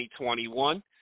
2021